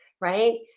Right